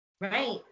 Right